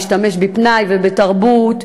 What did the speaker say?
להשתמש בפנאי ובתרבות.